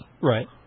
Right